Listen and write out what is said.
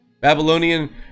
Babylonian